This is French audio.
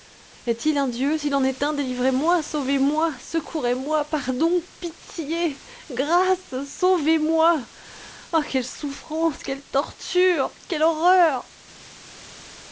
est-il un dieu s'il en est un délivrez-moi sauvez-moi secourez-moi pardon pitié grâce sauvez-moi oh quelle souffrance quelle torture quelle horreur